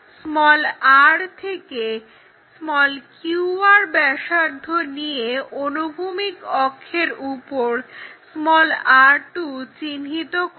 r থেকে qr ব্যাসার্ধ নিয়ে অনুভূমিক অক্ষের উপর r2 চিহ্নিত করো